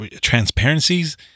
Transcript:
Transparencies